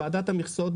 ועדת המכסות,